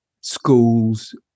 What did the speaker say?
schools